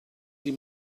die